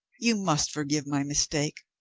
you must forgive my mistake.